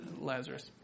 Lazarus